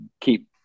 keep